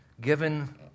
given